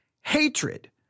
Hatred